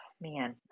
man